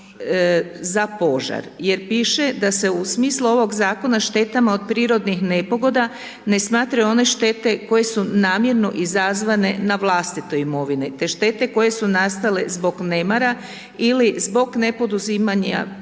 za požar jer piše da se u smislu ovog Zakona štetama od prirodnih nepogoda ne smatraju one štete koje su namjerno izazvane na vlastitoj imovini, te štete koje su nastale zbog nemara ili zbog nepoduzimanja propisanih